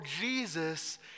Jesus